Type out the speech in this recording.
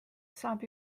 saab